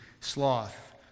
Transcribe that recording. sloth